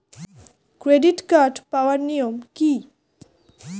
Credit card পাওয়ার নিয়ম কী?